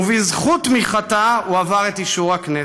ובזכות תמיכתה הוא עבר את אישור הכנסת.